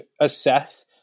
assess